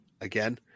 again